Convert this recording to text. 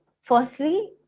firstly